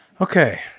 Okay